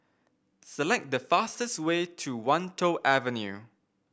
select the fastest way to Wan Tho Avenue